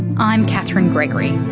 i'm katherine gregory.